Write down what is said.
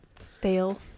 stale